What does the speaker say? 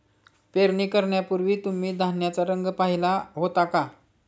पेरणी करण्यापूर्वी तुम्ही धान्याचा रंग पाहीला होता का?